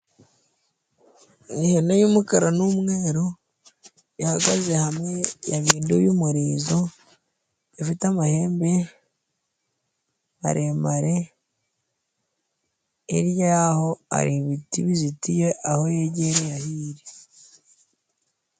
Ni ihene y'umukara n'umweru ihagaze hamwe, yabinduye umurizo, ifite amahembe maremare, hirya yaho hari ibiti bizitiye aho yegereye aho iri.